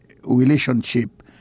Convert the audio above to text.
relationship